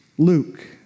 Luke